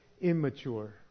immature